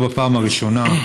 לא בפעם הראשונה: